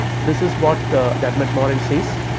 this is what dermot moran says